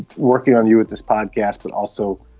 working on you with this podcast, but also,